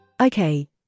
Okay